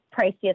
priciest